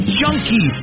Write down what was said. junkie